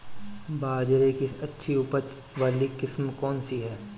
बाजरे की अच्छी उपज वाली किस्म कौनसी है?